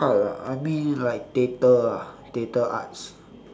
art ah I mean like theatre ah theatre arts